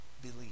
believe